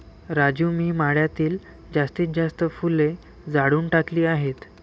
राजू मी मळ्यातील जास्तीत जास्त फुले जाळून टाकली आहेत